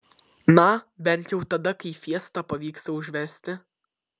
na bent jau tada kai fiesta pavyksta užvesti